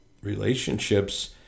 relationships